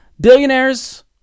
billionaires